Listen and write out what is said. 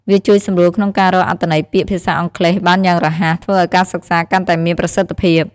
វាជួយសម្រួលក្នុងការរកអត្ថន័យពាក្យភាសាអង់គ្លេសបានយ៉ាងរហ័ស ធ្វើឱ្យការសិក្សាកាន់តែមានប្រសិទ្ធភាព។